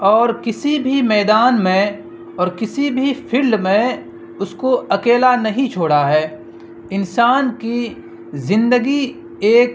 اور کسی بھی میدان میں اور کسی بھی فیلڈ میں اس کو اکیلا نہیں چھوڑا ہے انسان کی زندگی ایک